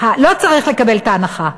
לא צריך לקבל את ההנחה.